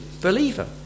believer